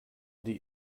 die